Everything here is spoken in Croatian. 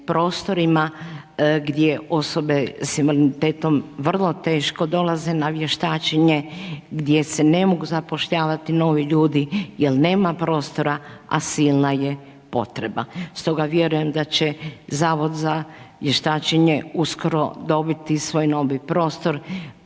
prostorima gdje osobe s invaliditetom vrlo teško dolaze na vještačenje, gdje se ne mogu zapošljavati novi ljudi jer nema prostora a silna je potreba. Stoga vjerujem da će Zavod za vještačenje uskoro dobiti svoj novi prostor